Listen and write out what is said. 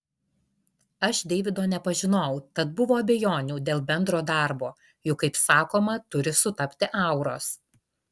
aš deivido nepažinojau tad buvo abejonių dėl bendro darbo juk kaip sakoma turi sutapti auros